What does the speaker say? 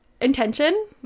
intention